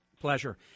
Pleasure